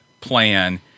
plan